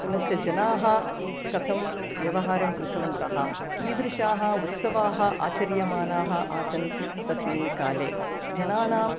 पुनश्च जनाः कथं व्यवहारं कृतवन्तः कीदृशाः उत्सवाः आचर्यमानाः आसन् तस्मिन्काले जनानाम्